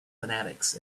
fanatics